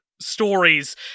stories